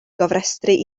gofrestru